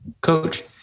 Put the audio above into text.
Coach